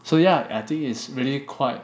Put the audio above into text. so yeah I think it's really quite